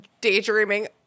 daydreaming